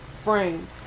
frame